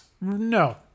No